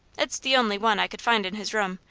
it's the only one i could find in his room,